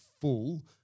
full